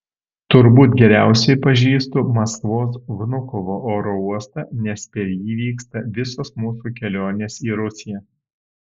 turbūt geriausiai pažįstu maskvos vnukovo oro uostą nes per jį vyksta visos mūsų kelionės į rusiją